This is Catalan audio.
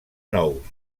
nous